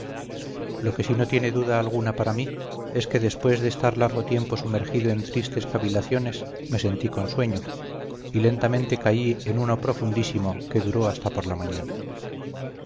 lo que sí no tiene duda alguna para mí es que después de estar largo tiempo sumergido en tristes cavilaciones me sentí con sueño y lentamente caí en uno profundísimo que duró hasta por la mañana